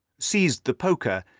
seized the poker,